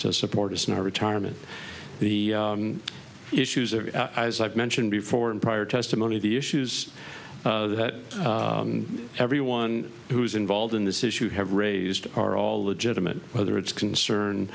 to support us in our retirement the issues are as i mentioned before in prior testimony the issues that everyone who's involved in this issue have raised are all legitimate whether it's concern